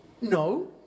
No